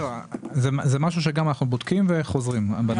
זה משהו שאנחנו בודקים וחוזרים.